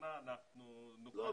קטנה אנחנו נוכל --- לא,